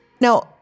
Now